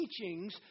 teachings